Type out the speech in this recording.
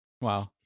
wow